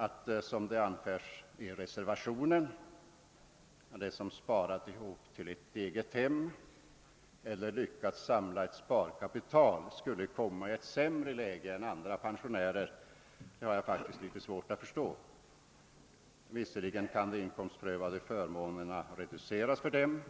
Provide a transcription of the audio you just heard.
Att, som det anföres i reservationen, de pensionärer som har sparat ibop till ett eget hem eller ett litet kapital skulle komma i ett sämre läge än andra pensionärer har jag svårt att förstå. Visserligen kan de inkompstprövade förmånerna reduceras för dem,